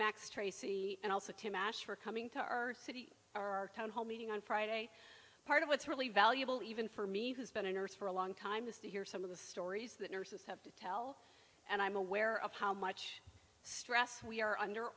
max tracy and also to mash for coming to our city our town hall meeting on friday part of what's really valuable even for me who's been a nurse for a long time is to hear some of the stories that nurses have to tell and i'm aware of how much stress we are under